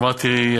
אמרתי,